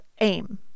aim